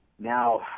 now